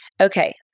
Okay